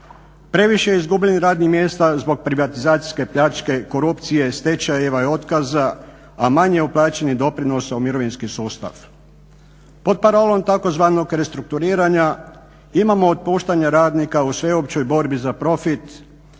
Previše je izgubljenih radnih mjesta zbog privatizacijske pljačke, korupcije, stečajeva i otkaza a manje uplaćenih doprinosa u mirovinski sustav. Pod parolom tzv. restrukturiranja imamo otpuštanje radnika u sveopćoj borbi za profit,